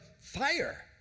fire